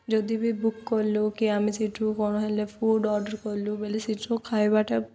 ଯଦି ବି ବୁକ୍ କଲୁ କି ଆମେ ସେଠୁ କ'ଣ ହେଲେ ଫୁଡ଼୍ ଅର୍ଡ଼ର୍ କଲୁ ବଲେ ସେଠିର ଖାଇବାଟା